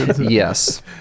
yes